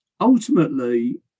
Ultimately